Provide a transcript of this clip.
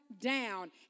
down